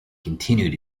continued